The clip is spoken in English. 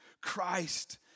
Christ